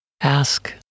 ask